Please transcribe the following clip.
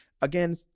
Again